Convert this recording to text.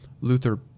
Luther